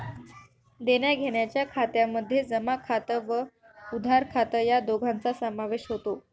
देण्याघेण्याच्या खात्यामध्ये जमा खात व उधार खात या दोघांचा समावेश होतो